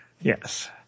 Yes